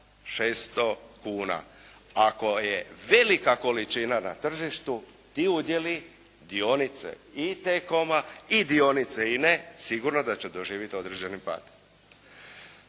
600 kuna. Ako je velika količina na tržištu, ti udjeli, dionice i Tcoma-a i dionice INA-e sigurno da će doživjeti određeni pad.